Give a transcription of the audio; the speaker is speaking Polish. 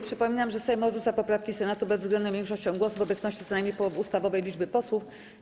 Przypominam, że Sejm odrzuca poprawki Senatu bezwzględną większością głosów w obecności co najmniej połowy ustawowej liczby posłów.